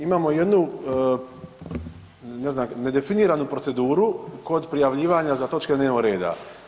Imamo jednu, ne znam, nedefiniranu proceduru kod prijavljivanja za točke dnevnog reda.